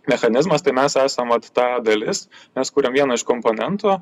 mechanizmas tai mes esam vat ta dalis mes kuriam vieną iš komponentų